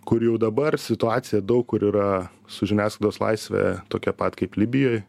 kur jau dabar situacija daug kur yra su žiniasklaidos laisve tokia pat kaip libijoj